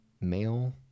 male